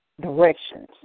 directions